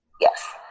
Yes